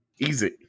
Easy